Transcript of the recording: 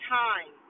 time